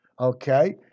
okay